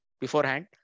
beforehand